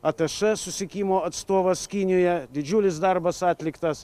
atašė susisiekimo atstovas kinijoje didžiulis darbas atliktas